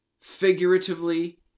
figuratively